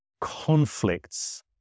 conflicts